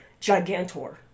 Gigantor